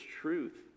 truth